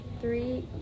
three